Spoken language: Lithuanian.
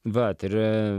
vat ir